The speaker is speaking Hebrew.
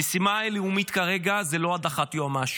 המשימה הלאומית כרגע היא לא הדחת היועמ"שית,